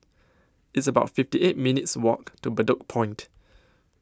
It's about fifty eight minutes' Walk to Bedok Point